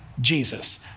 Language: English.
Jesus